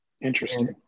Interesting